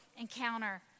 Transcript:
encounter